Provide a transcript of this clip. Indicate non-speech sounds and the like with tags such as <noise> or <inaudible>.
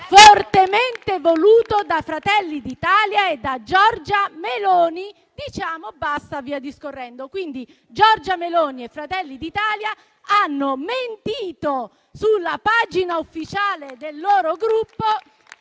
fortemente voluto da Fratelli d'Italia e da Giorgia Meloni, diciamo basta…» e via discorrendo. <applause> Quindi Giorgia Meloni e Fratelli d'Italia hanno mentito sulla pagina ufficiale del loro Gruppo